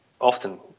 often